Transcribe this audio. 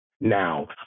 now